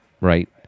right